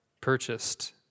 purchased